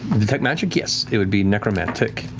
detect magic, yes, it would be necromantic.